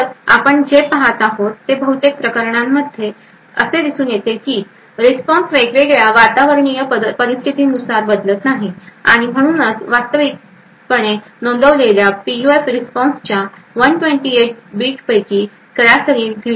तर आपण जे पहात आहात ते बहुतेक प्रकरणांमध्ये असे दिसून येते की रिस्पॉन्स वेगवेगळ्या वातावरणीय परिस्थितींसह बदलत नाही म्हणूनच वास्तविक पणे नोंदवलेल्या पीयूएफ रिस्पॉन्सच्या 128 बिट्सपैकी सरासरी 0